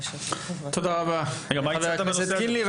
תודה רבה חבר הכנסת קינלי.